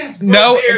No